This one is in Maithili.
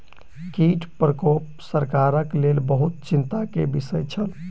कीट प्रकोप सरकारक लेल बहुत चिंता के विषय छल